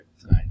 tonight